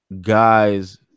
guys